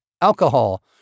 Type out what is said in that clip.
alcohol